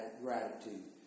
gratitude